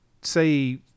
say